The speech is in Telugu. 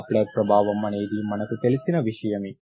డాప్లర్ ప్రభావం అనేది మనకు తెలిసిన విషయమే